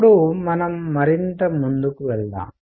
ఇప్పుడు మనం మరింత ముందుకు వెళ్దాం